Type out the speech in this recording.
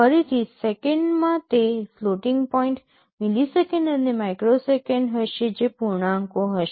ફરીથી સેકંડમાં તે ફ્લોટિંગ પોઇન્ટ મિલિસેકન્ડ્સ અને માઇક્રોસેકન્ડ્સ હશે જે પૂર્ણાંકો હશે